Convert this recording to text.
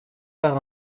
par